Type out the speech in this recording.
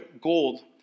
gold